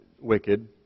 wicked